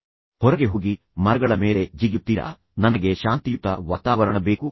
ನೀವು ಹೊರಗೆ ಹೋಗಿ ಮರಗಳ ಮೇಲೆ ಜಿಗಿಯುತ್ತೀರಾ ನನಗೆ ಶಾಂತಿಯುತ ವಾತಾವರಣ ಬೇಕು